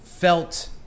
Felt